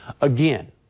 again